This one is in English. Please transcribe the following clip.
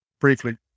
briefly